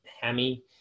Hammy